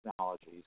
technologies